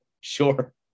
Sure